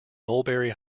mulberry